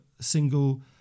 single